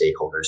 stakeholders